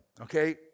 okay